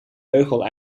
beugel